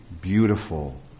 beautiful